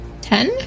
Ten